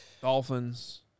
Dolphins